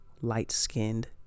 light-skinned